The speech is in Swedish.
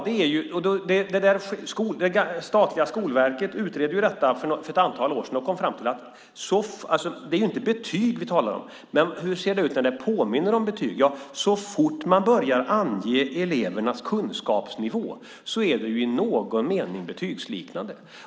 Det statliga Skolverket utredde detta för ett antal år sedan. Det är inte betyg vi talar om, men hur ser det ut när det påminner om betyg? Ja, så fort man börjar ange elevernas kunskapsnivå är det i någon mening betygsliknande.